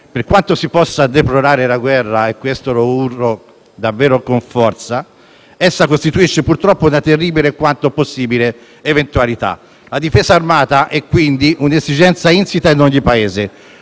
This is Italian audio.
Per quanto si possa deplorare la guerra - e questo lo urlo davvero con forza - essa costituisce purtroppo una terribile e quanto possibile eventualità. La difesa armata è, quindi, un'esigenza insita in ogni Paese;